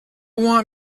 want